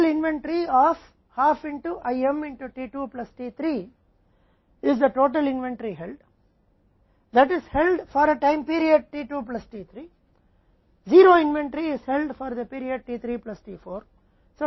इसलिए आधी सूची को IM में t 2 प्लस t 3 में रखा गया है जो कुल इन्वेंट्री है उस समयावधि t 2 प्लस t 3 के लिए आयोजित किया जाता है उस t 3 प्लस t4 के लिए 0 इन्वेंट्री आयोजित की जाती है